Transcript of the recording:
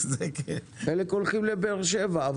חלק הולכים לבאר שבע,